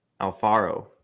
Alfaro